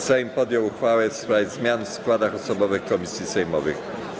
Sejm podjął uchwałę w sprawie zmian w składach osobowych komisji sejmowych.